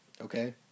Okay